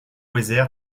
weser